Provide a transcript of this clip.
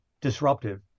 disruptive